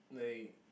like